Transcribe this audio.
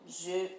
je